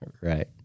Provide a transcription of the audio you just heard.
Right